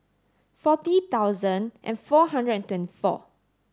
forty thousand and four hundred and twenty four